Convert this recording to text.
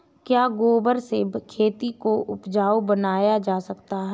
क्या गोबर से खेती को उपजाउ बनाया जा सकता है?